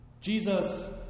Jesus